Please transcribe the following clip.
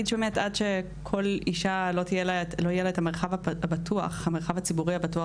עד שלכל אישה לא יהיה את המרחב הציבורי הבטוח,